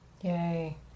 Yay